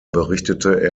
berichtete